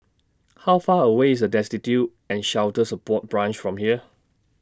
How Far away IS A Destitute and Shelter Support Branch from here